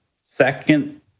second